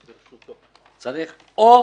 צריך: "או